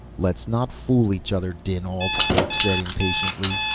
let's not fool each other, dinalt, kerk said impatiently.